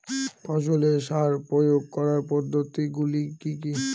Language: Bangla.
ফসলে সার প্রয়োগ করার পদ্ধতি গুলি কি কী?